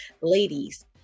ladies